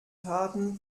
harten